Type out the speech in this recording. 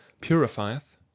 purifieth